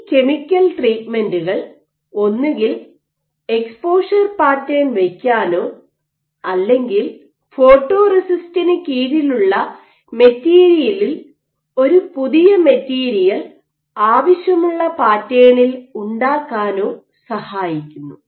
ഈകെമിക്കൽ ട്രീറ്റ്മെൻറ്കൾ ഒന്നുകിൽ exposure pattern വയ്ക്കാനോ അല്ലെങ്കിൽ ഫോട്ടോറെസിസ്റ്റിന് കീഴിലുള്ള മെറ്റീരിയലിൽ ഒരു പുതിയ മെറ്റീരിയൽ ആവശ്യമുള്ള പാറ്റേണിൽ ഉണ്ടാക്കാനോ സഹായിക്കുന്നു